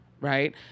right